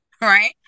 right